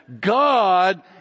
God